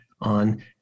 on